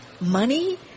money